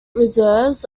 reserves